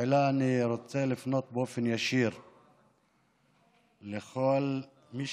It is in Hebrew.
תחילה אני רוצה לפנות באופן ישיר לכל מי